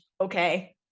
okay